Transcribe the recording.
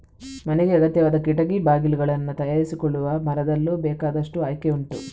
ಮನೆಗೆ ಅಗತ್ಯವಾದ ಕಿಟಕಿ ಬಾಗಿಲುಗಳನ್ನ ತಯಾರಿಸಿಕೊಳ್ಳುವ ಮರದಲ್ಲೂ ಬೇಕಾದಷ್ಟು ಆಯ್ಕೆ ಉಂಟು